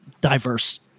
diverse